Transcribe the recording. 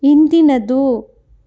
ಇಂದಿನದು